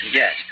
yes